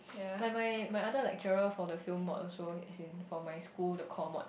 my my my other lecturer for the film mod also it's in for my school deco mod